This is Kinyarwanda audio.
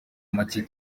make